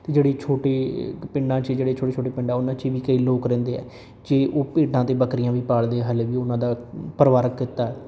ਅਤੇ ਜਿਹੜੀ ਛੋਟੀ ਪਿੰਡਾਂ 'ਚ ਜਿਹੜੇ ਛੋਟੇ ਛੋਟੇ ਪਿੰਡਾਂ ਉਹਨਾਂ 'ਚ ਵੀ ਕਈ ਲੋਕ ਰਹਿੰਦੇ ਆ ਜੇ ਉਹ ਭੇਡਾਂ ਅਤੇ ਬੱਕਰੀਆਂ ਵੀ ਪਾਲਦੇ ਆ ਹਜੇ ਵੀ ਉਹਨਾਂ ਦਾ ਪਰਿਵਾਰਿਕ ਕਿੱਤਾ ਹੈ